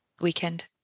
weekend